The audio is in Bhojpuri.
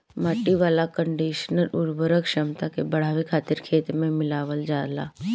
माटी वाला कंडीशनर उर्वरक क्षमता के बढ़ावे खातिर खेत में मिलावल जाला